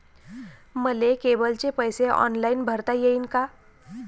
मले केबलचे पैसे ऑनलाईन भरता येईन का?